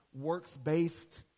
works-based